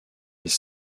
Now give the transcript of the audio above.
les